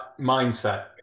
Mindset